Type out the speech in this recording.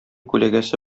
күләгәсе